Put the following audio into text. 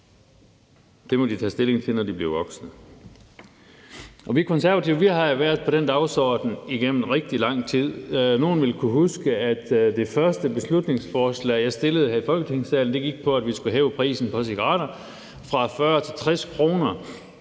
det må de tage stilling til, når de bliver voksne, og vi Konservative har jo haft den dagsorden igennem rigtig lang tid. Nogle vil kunne huske, at det første beslutningsforslag, jeg fremsatte her i Folketingssalen, gik på, at vi skulle hæve prisen på cigaretter fra 40 til 60 kr.,